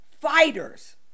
fighters